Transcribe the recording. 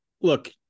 look